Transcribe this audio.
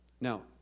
Now